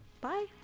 Bye